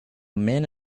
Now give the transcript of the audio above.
man